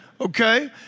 okay